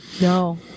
No